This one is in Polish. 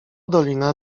dolina